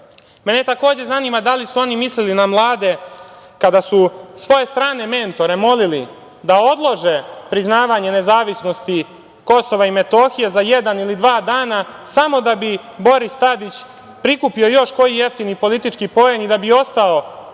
Mene takođe zanima da li su oni mislili na mlade kada su svoje strane mentore molili da odlože priznavanje nezavisnosti KiM za jedan ili dva dana, samo da bi Boris Tadić prikupio još koji jeftini politički poen i da bi ostao